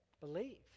believe